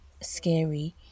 scary